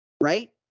right